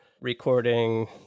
recording